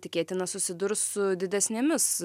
tikėtina susidurs su didesnėmis